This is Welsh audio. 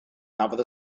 cafodd